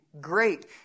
great